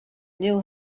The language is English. knew